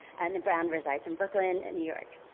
and and browne resides in brooklyn, new york.